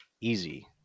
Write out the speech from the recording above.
easy